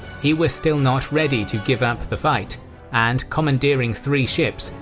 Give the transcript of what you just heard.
he was still not ready to give up the fight and, commandeering three ships,